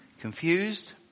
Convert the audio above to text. Confused